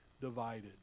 divided